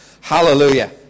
Hallelujah